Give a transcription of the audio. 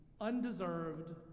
undeserved